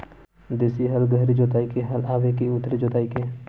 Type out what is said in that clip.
देशी हल गहरी जोताई के हल आवे के उथली जोताई के?